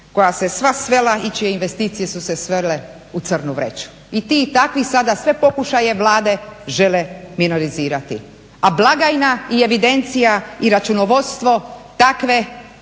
koja se sva svela i čije investicije su se svele u crnu vreću? I ti i takvi sada sve pokušaje Vlade žele minorizirati. A blagajna i evidencija i računovodstvo takvog